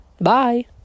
Bye